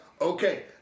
okay